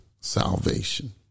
salvation